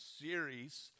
series